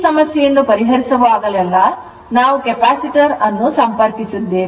ಈ ಸಮಸ್ಯೆಯನ್ನು ಪರಿಹರಿಸುವಾಗಲೆಲ್ಲಾ ನಾವು ಕೆಪಾಸಿಟರ್ ಅನ್ನು ಸಂಪರ್ಕಿಸಿದ್ದೇವೆ